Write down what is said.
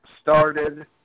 started